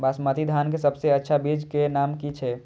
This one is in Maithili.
बासमती धान के सबसे अच्छा बीज के नाम की छे?